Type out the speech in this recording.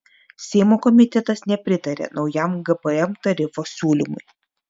seimo komitetas nepritarė naujam gpm tarifo siūlymui